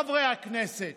חבר הכנסת